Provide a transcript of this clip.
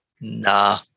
nah